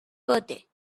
birthday